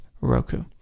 Roku